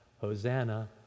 hosanna